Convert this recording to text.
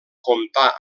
comptà